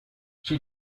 she